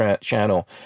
channel